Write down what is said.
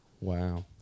Wow